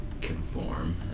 conform